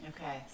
Okay